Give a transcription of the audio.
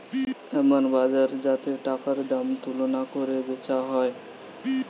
এমন বাজার যাতে টাকার দাম তুলনা কোরে বেচা হয়